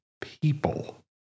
people